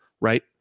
Right